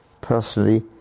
personally